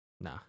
Nah